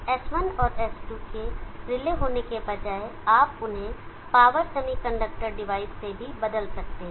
switch S1 और S2 के relay होने के बजाय आप उन्हें पावर सेमीकंडक्टर डिवाइस से भी बदल सकते हैं